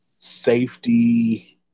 safety